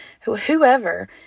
whoever